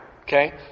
Okay